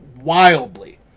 wildly